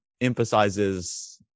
emphasizes